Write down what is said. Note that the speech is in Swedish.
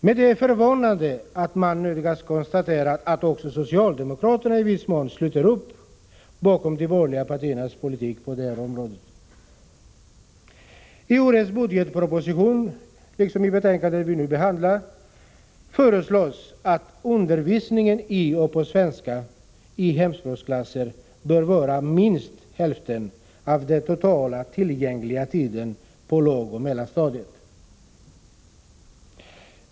Men det är förvånande att man nödgas konstatera att också socialdemokraterna i viss mån sluter upp bakom de borgerliga partiernas politik på detta område. I årets budgetproposition liksom i det betänkande vi nu behandlar föreslås att undervisningen i och på svenska i hemspråksklasser skall vara minst hälften av den totalt tillgängliga tiden på lågoch mellanstadierna.